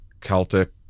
Celtic